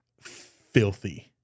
filthy